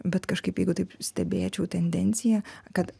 bet kažkaip jeigu taip stebėčiau tendenciją kad